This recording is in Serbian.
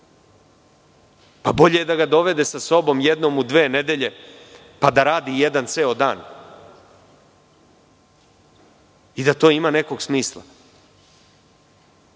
Pa, bolje je da ga dovede sa sobom jednom u dve nedelje, pa da radi jedan ceo dan i da to ima nekog smisla. Sudija